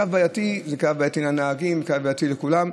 הוא קו בעייתי לנהגים וקו בעייתי לכולם.